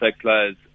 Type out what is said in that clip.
players